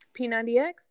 p90x